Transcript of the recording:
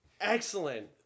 Excellent